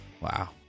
Wow